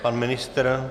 Pan ministr.